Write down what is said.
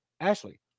Ashley